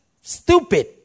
stupid